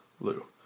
Lou